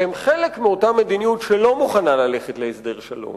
שהן חלק מאותה מדיניות שלא מוכנה ללכת להסדר שלום,